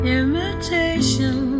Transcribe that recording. imitation